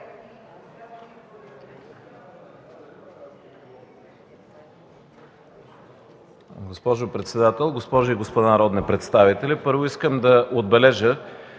Госпожо председател, госпожи и господа народни представители! Първо искам да отбележа,